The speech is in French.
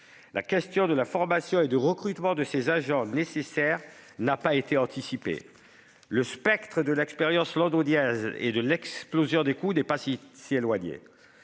La question de la formation et du recrutement de ces agents n'a pas été anticipée. Le spectre de l'expérience londonienne et de l'explosion des coûts n'est pas si éloigné.